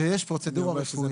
כשיש פרוצדורה רפואית,